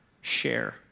share